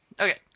Okay